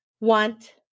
want